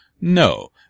No